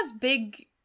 big